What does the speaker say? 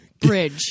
bridge